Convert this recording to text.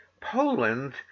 Poland